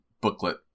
booklet